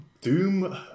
doom